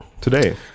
Today